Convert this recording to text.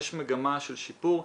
יש מגמה של שיפור.